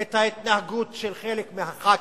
את ההתנהגות של חלק מהח"כים,